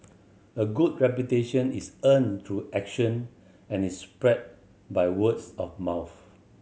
a good reputation is earned through action and is spread by worth of mouth